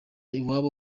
iwabo